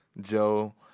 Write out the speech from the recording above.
Joe